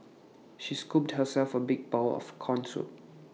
she scooped herself A big bowl of Corn Soup